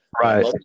Right